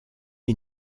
est